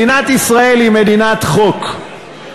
מדינת ישראל היא מדינת חוק.